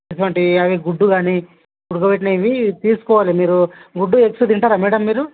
అటువంటివి అవి గుడ్డు కానీ ఉడకపెట్టినవి తీసుకోవాలి మీరు గుడ్డు ఎగ్స్ తింటారా మ్యాడమ్ మీరు